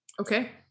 Okay